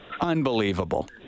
unbelievable